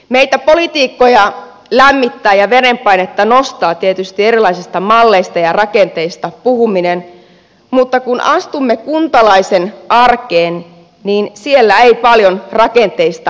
meitä politiikkoja lämmittää ja verenpainetta nostaa tietysti erilaisista malleista ja rakenteista puhuminen mutta kun astumme kuntalaisen arkeen niin siellä ei paljon rakenteista välitetä